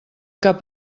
cap